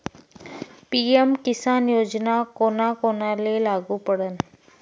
PM Kisan योजना कोना कोनाले लागू पडन?